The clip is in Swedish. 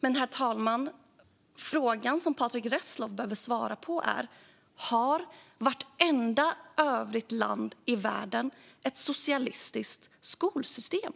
Men, herr talman, frågan som Patrick Reslow behöver svara på är denna. Har vartenda övrigt land i världen ett socialistiskt skolsystem?